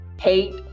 hate